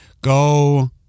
go